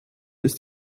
ist